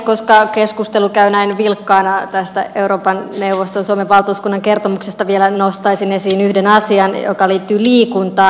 koska keskustelu käy näin vilkkaana tästä euroopan neuvoston suomen valtuuskunnan kertomuksesta vielä nostaisin esiin yhden asian joka liittyy liikuntaan